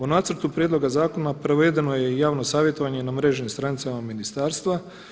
O nacrtu prijedloga zakona provedeno je i javno savjetovanje na mrežnim stranicama ministarstva.